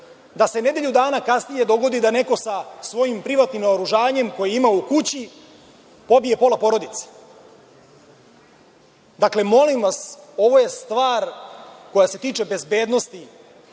da se nedelju dana kasnije dogodi da neko sa svojim privatnim naoružanjem koje ima u kući, pobije pola porodice. Molim vas, ovo je stvar koja se tiče bezbednosti